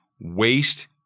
waste